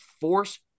Force